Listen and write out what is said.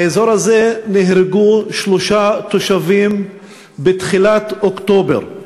באזור הזה נהרגו שלושה תושבים בתחילת אוקטובר.